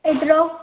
ईदरो